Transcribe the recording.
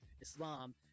islam